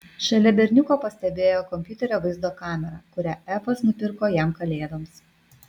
šalia berniuko pastebėjo kompiuterio vaizdo kamerą kurią efas nupirko jam kalėdoms